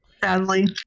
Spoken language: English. Sadly